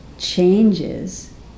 changes